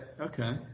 okay